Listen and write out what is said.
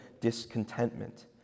discontentment